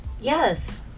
yes